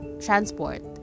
transport